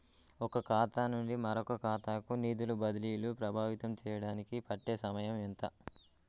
ఒక ఖాతా నుండి మరొక ఖాతా కు నిధులు బదిలీలు ప్రభావితం చేయటానికి పట్టే సమయం ఎంత?